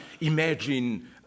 imagine